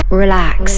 relax